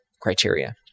criteria